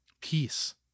Peace